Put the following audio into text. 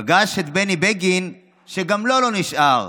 פגש את בני בגין, שגם לו לא נשאר".